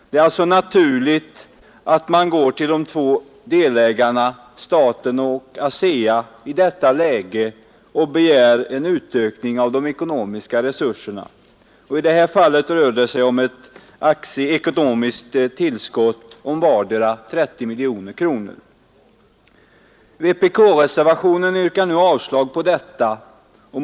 Det är alltså naturligt att man går till de två delägarna staten och ASEA i detta läge och begär en utökning av de ekonomiska resurserna. I detta fall rör det sig om ett ekonomiskt tillskott med vardera 30 miljoner kronor. Vpk-reservationen yrkar nu avslag på detta.